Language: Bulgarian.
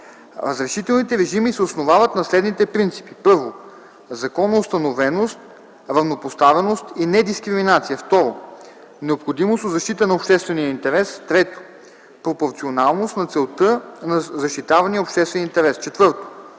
Разрешителните режими се основават на следните принципи: 1. законоустановеност, равнопоставеност и недискриминация; 2. необходимост от защита на обществения интерес; 3. пропорционалност на целта на защитавания обществен интерес; 4.